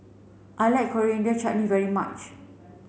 I like Coriander Chutney very much